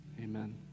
Amen